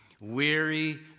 Weary